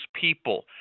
people